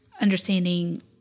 understanding